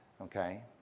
okay